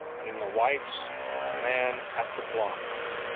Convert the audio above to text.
and in the white a man at the block.